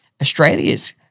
Australia's